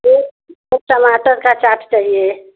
एक टमाटर का चाट चाहिये